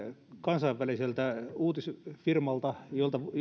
kansainväliseltä uutisfirmalta jolta